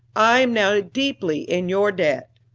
i am now deeply in your debt.